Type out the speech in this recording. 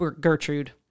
Gertrude